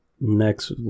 Next